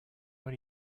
what